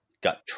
got